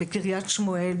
בקריית שמואל,